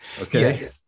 okay